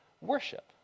worship